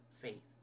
faith